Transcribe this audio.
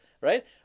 right